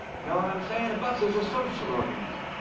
you know what i'm saying? the bus is a social organism.